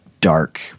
dark